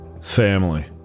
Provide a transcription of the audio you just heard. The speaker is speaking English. family